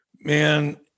Man